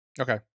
Okay